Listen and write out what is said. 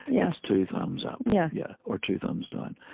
yeah it's two thumbs up. yeah yeah or two thumbs down.